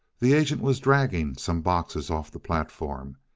the agent was dragging some boxes off the platform.